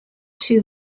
two